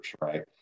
right